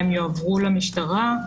הם יועברו למשטרה.